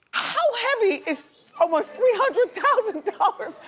how heavy is almost three hundred thousand dollars?